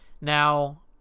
now